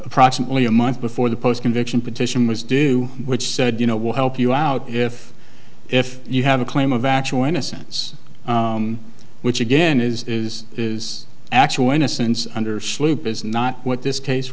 approximately a month before the post convention petition was due which said you know we'll help you out if if you have a claim of actual innocence which again is is is actual innocence under slip is not what this cas